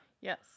yes